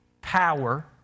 power